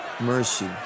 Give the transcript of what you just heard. mercy